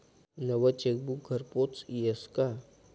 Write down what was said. नवं चेकबुक घरपोच यस का?